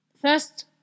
first